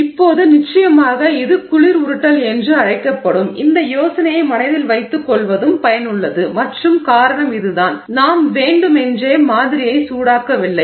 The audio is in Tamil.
இப்போது நிச்சயமாக இது குளிர் உருட்டல் என்று அழைக்கப்படும் இந்த யோசனையை மனதில் வைத்துக் கொள்வதும் பயனுள்ளது மற்றும் காரணம் இதுதான் நாம் வேண்டுமென்றே மாதிரியை சூடாக்கவில்லை